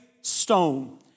stone